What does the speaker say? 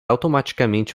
automaticamente